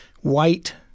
white